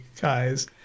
guys